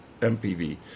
MPV